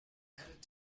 added